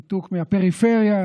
ניתוק מהפריפריה,